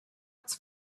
its